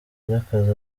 ry’akazi